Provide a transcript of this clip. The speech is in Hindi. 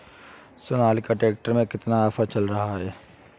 सोनालिका ट्रैक्टर में कितना ऑफर चल रहा है?